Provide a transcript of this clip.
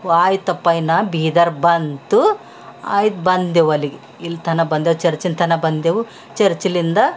ಓ ಆಯ್ತಪ್ಪ ಇನ್ನು ಬೀದರ್ ಬಂತು ಆಯಿತು ಬಂದೇವು ಅಲ್ಲಿಗೆ ಇಲ್ತನ ಬಂದೇವು ಚರ್ಚಿನ ತನಕ ಬಂದೆವು ಚರ್ಚಿಲಿಂದ